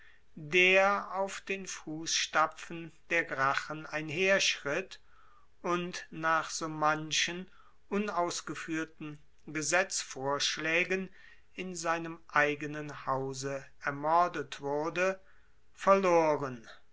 der auf den fußstapfen der gracchen einherschritt und nach so manchen unausgeführten gesetzvorschlägen in seinem eigenen hause ermordet wurde verloren